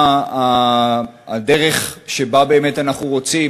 האם הדרך שבה באמת אנחנו רוצים